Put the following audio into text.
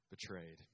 betrayed